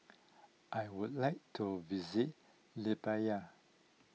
I would like to visit Libya